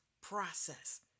process